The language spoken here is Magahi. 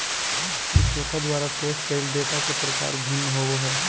विक्रेता द्वारा पेश कइल डेटा के प्रकार भिन्न होबो हइ